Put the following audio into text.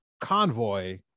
convoy